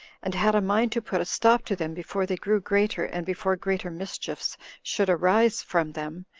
and had a mind to put a stop to them before they grew greater, and before greater mischiefs should arise from them,